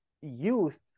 youth